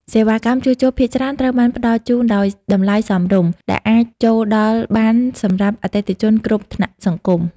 សេវាកម្មជួសជុលភាគច្រើនត្រូវបានផ្តល់ជូនដោយតម្លៃសមរម្យ ដែលអាចចូលដល់បានសម្រាប់អតិថិជនគ្រប់ថ្នាក់សង្គម។